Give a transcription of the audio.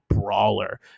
brawler